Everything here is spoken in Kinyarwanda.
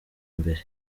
mbere